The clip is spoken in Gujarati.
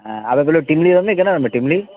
હા આપણે પેલું ટીમલી તો નહીં રમવાનું ને ટીમલી